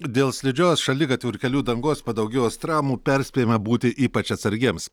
dėl slidžios šaligatvių ir kelių dangos padaugėjus traumų perspėjama būti ypač atsargiems